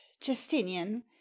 Justinian